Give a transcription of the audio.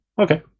Okay